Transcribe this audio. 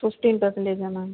fifteen பெர்சன்டேஜா ma'am